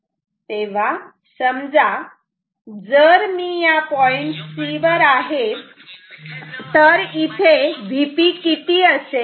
तेव्हा समजा जर मी या पॉईंट C वर आहे तर इथे Vp किती असेल